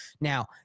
Now